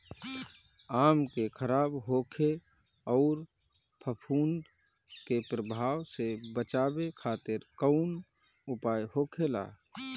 आम के खराब होखे अउर फफूद के प्रभाव से बचावे खातिर कउन उपाय होखेला?